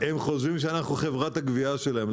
הם חושבים שאנחנו חברת הגבייה שלהם.